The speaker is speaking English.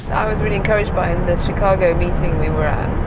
i was really encouraged by the chicago meeting we were